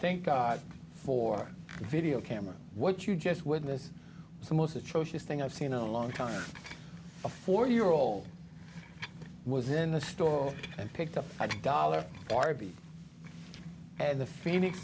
thank god for the video camera what you just witness some most atrocious thing i've seen a long time a four year old was in the store and picked up a five dollar r v and the phoenix